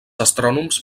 astrònoms